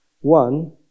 One